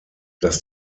dass